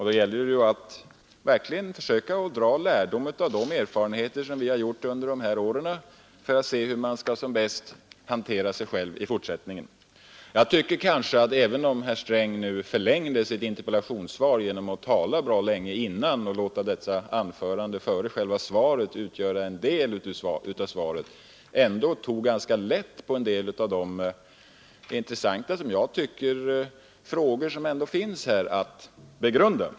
Det gäller verkligen att försöka dra lärdom av de erfarenheter som vi har gjort under de senaste åren för att veta hur man bäst skall hantera sig själv i fortsättningen. Jag tycker att herr Sträng, även om han nu förlängde sitt interpellationssvar genom att tala bra länge innan han kom till själva svaret och låta det anförandet utgöra en del av svaret, tog ganska lätt på en del av de som jag tycker intressanta frågor som finns att begrunda.